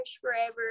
forever